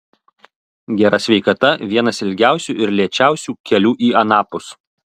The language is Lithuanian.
gera sveikata vienas ilgiausių ir lėčiausių kelių į anapus